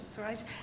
right